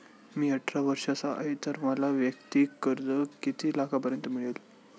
मी अठरा वर्षांचा आहे तर मला वैयक्तिक कर्ज किती लाखांपर्यंत मिळेल?